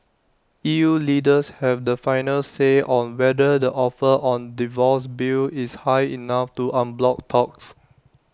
E U leaders have the final say on whether the offer on divorce bill is high enough to unblock talks